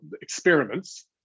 experiments